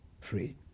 pray